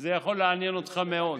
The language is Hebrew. זה יכול לעניין אותך מאוד.